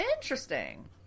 Interesting